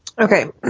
Okay